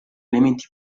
elementi